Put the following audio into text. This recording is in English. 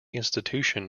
institution